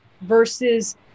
versus